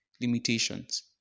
limitations